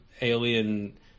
alien